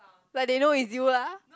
like they know it's you ah